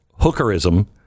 hookerism